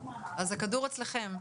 אז הכדור אצלכם.